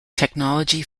technology